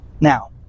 Now